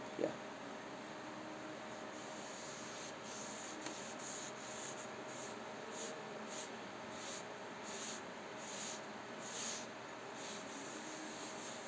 yup